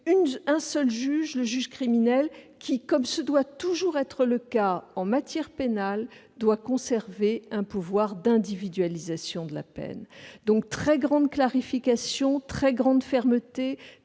Cohen ! Le juge criminel, comme ce doit toujours être le cas en matière pénale, conservera un pouvoir d'individualisation de la peine. Très grande clarification, très grande fermeté,